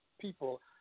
people